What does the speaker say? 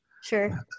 Sure